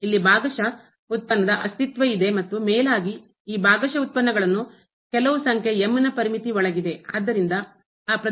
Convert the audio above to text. ಇಲ್ಲಿ ಭಾಗಶಃ ಉತ್ಪನ್ನದ ಅಸ್ತಿತ್ವ ಇದೆ ಮತ್ತು ಮೇಲಾಗಿ ಈ ಭಾಗಶಃ ಉತ್ಪನ್ನಗಳನ್ನು ಕೆಲವು ಸಂಖ್ಯೆ ನ ಪರಿಮಿತಿ ಒಳಗಿದೆ ಬೌಂಡೆಡ್